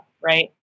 right